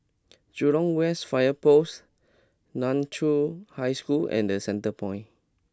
Jurong West Fire Post Nan Chiau High School and The Centrepoint